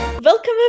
Welcome